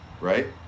right